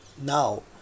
now